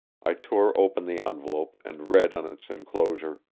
i tore open the envelope and read on its inclosure